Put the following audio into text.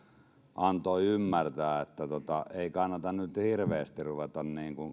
antoi ymmärtää että ei kannata nyt hirveästi ruveta